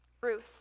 Ruth